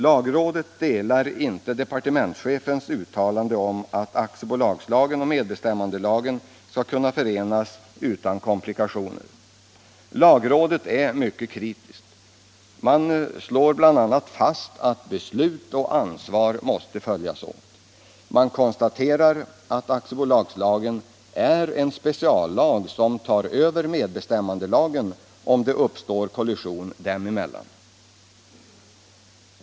Lagrådet delar inte departementschefens uppfattning att aktiebolagslagen och medbestämmandelagen skall kunna förenas utan komplikationer. Lagrådet är mycket kritiskt. Man slår bl.a. fast att beslut och ansvar måste följas åt. Man konstaterar att aktiebolagslagen är en speciallag som tar över medbestiimmandelagen, om det uppstår kolli on dem emellan.